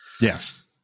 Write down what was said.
yes